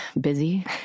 busy